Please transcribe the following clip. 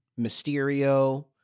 Mysterio